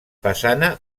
façana